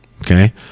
Okay